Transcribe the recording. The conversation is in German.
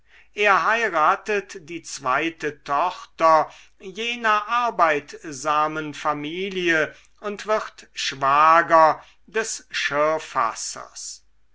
er heiratet die zweite tochter jener arbeitsamen familie und wird schwager des